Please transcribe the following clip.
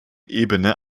ebene